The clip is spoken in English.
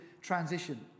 transition